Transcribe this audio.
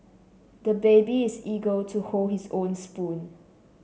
the baby is eager to hold his own spoon